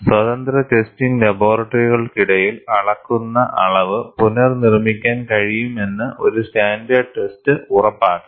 സ്വതന്ത്ര ടെസ്റ്റിംഗ് ലബോറട്ടറികൾക്കിടയിൽ അളക്കുന്ന അളവ് പുനർനിർമ്മിക്കാൻ കഴിയുമെന്ന് ഒരു സ്റ്റാൻഡേർഡ് ടെസ്റ്റ് ഉറപ്പാക്കണം